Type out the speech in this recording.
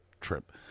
trip